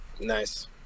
Nice